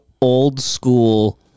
old-school